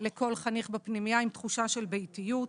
ייעודי לכל חניך בפנימייה עם תחושה של ביתיות.